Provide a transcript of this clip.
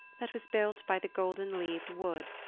that was built by the golden-leaved wood,